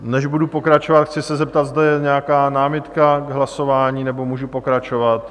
Než budu pokračovat, chci se zeptat, zda je nějaká námitka k hlasování, nebo můžu pokračovat?